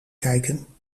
kijken